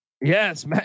Yes